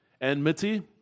enmity